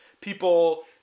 people